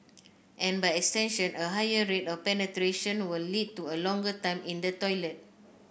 and by extension a higher rate of penetration will lead to a longer time in the toilet